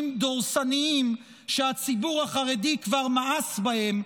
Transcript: דורסניים שהציבור החרדי כבר מאס בהם,